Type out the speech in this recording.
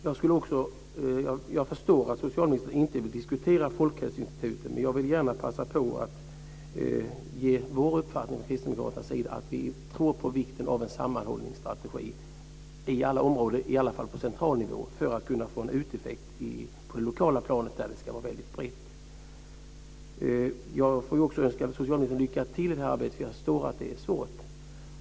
Jag förstår att socialministern inte vill diskutera Folkhälsoinstitutet, men jag vill gärna passa på att ge kristdemokraternas uppfattning, att vi tror på vikten av en sammanhållningsstrategi på alla områden, i alla fall på central nivå, för att kunna få en uteffekt på det lokala planet där det ska vara väldigt brett. Jag får också önska socialministern lycka till i detta arbete, eftersom jag förstår att det är svårt.